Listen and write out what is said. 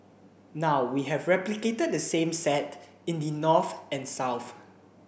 now we have replicated the same set in the north and south